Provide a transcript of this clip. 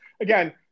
Again